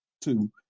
two